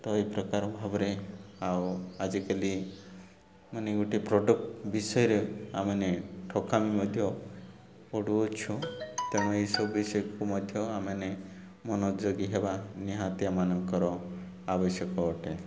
ତ ଏଇପ୍ରକାର ଭାବରେ ଆଉ ଆଜିକାଲି ମାନେ ଗୋଟେ ପ୍ରଡ଼କ୍ଟ ବିଷୟରେ ଆମମାନେ ଠକାମି ମଧ୍ୟ ପଡ଼ୁଅଛୁ ତେଣୁ ଏସବୁ ବିଷୟକୁ ମଧ୍ୟ ଆମମାନେ ମନୋଯୋଗୀ ହେବା ନିହାତିମାନଙ୍କର ଆବଶ୍ୟକ ଅଟେ